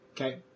Okay